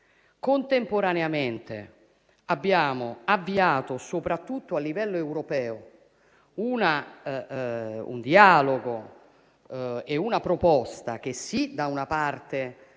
Contemporaneamente abbiamo avviato, soprattutto a livello europeo, un dialogo e una proposta che da una parte lavora